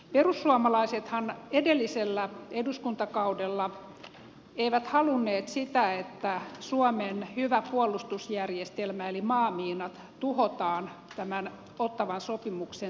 perussuomalaisethan edellisellä eduskuntakaudella eivät halunneet sitä että suomen hyvä puolustusjärjestelmä eli maamiinat tuhotaan tämän ottawan sopimuksen takia